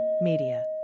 Media